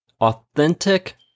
authentic